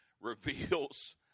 reveals